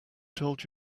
told